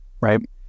right